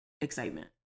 excitement